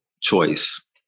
choice